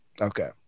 Okay